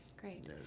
great